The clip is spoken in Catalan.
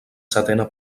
setena